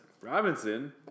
Robinson